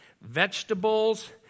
vegetables